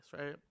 right